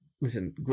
listen